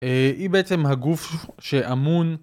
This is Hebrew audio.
היא בעצם הגוף שאמון